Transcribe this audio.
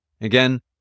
Again